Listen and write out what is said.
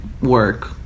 work